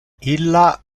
illa